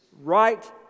right